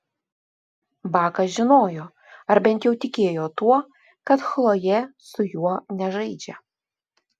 bakas žinojo ar bent jau tikėjo tuo kad chlojė su juo nežaidžia